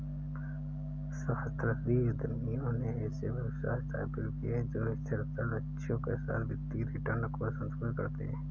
सहस्राब्दी उद्यमियों ने ऐसे व्यवसाय स्थापित किए जो स्थिरता लक्ष्यों के साथ वित्तीय रिटर्न को संतुलित करते हैं